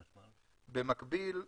במקביל,